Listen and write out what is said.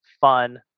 fun